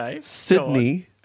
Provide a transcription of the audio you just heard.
Sydney